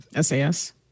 SAS